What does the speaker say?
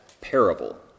parable